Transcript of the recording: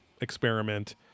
experiment